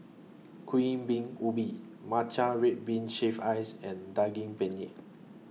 Kuih Bingka Ubi Matcha Red Bean Shaved Ice and Daging Penyet